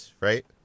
right